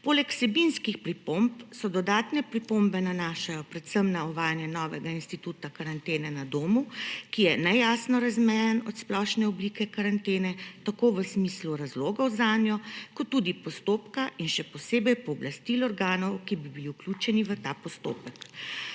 Poleg vsebinskih pripomb se dodatne pripombe nanašajo predvsem na uvajanje novega instituta karantene na domu, ki je nejasno razmejen od splošne oblike karantene tako v smislu razlogov zanjo kot tudi postopka, in še posebej pooblastil organov, ki bi bili vključeni v ta postopek.